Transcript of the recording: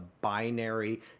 binary